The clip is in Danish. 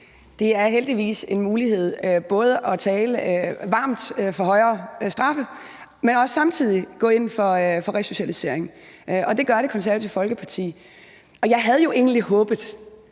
Det er heldigvis en mulighed både at tale varmt for højere straffe, men også samtidig gå ind for resocialisering, og det gør Det Konservative Folkeparti. Jeg havde jo egentlig håbet,